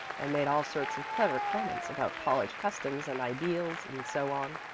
and made all sorts of clever comments about college customs and ideals and so on.